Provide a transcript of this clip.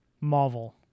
Marvel